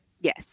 Yes